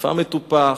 שפם מטופח,